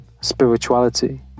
spirituality